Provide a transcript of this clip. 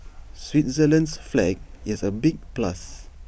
Switzerland's flag is A big plus